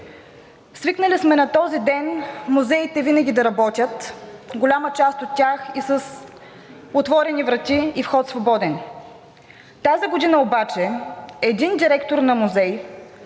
Свикнали сме на този ден музеите винаги да работят, голяма част от тях и с отворени врати и вход свободен. Тази година обаче един директор на музей